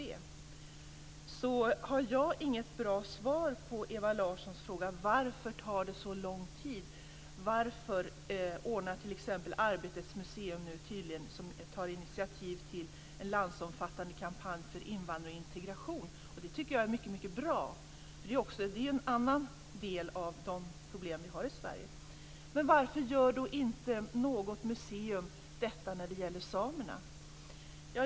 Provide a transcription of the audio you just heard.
Jag har inget bra svar på Ewa Larssons fråga varför det tar så lång tid. Arbetets museum tar nu initiativ till en landsomfattande kampanj för invandring och integration. Det tycker jag är mycket bra. Det är en annan del av de problem vi har i Sverige. Men varför gör inte något museum detta när det gäller samerna?